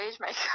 makeup